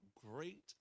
great